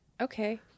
Okay